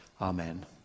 Amen